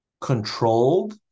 controlled